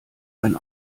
ein